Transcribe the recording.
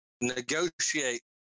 Negotiate